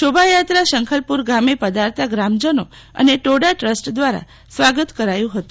શોભાયાત્રા શંખલપુર ગામે પધારતા ગ્રામજનો અને ટોડા ટ્રસ્ટ દવારા સ્વાગત કર વામાં આવ્યું હતું